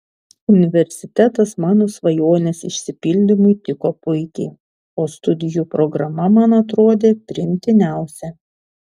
universitetas mano svajonės išsipildymui tiko puikiai o studijų programa man atrodė priimtiniausia